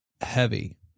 heavy